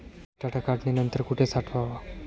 बटाटा काढणी नंतर कुठे साठवावा?